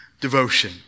devotion